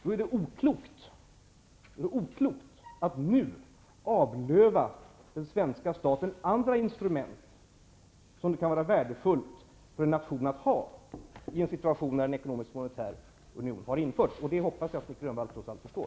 Då är det oklokt att nu avlöva den svenska staten och beröva den andra instrument som det kan vara värdefullt för en nation att ha i en situation när en ekonomiskmonetär union har införts. Det hoppas jag att Nic Grönvall trots allt förstår.